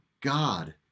God